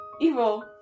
Evil